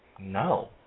No